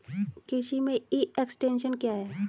कृषि में e extension क्या है?